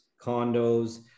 condos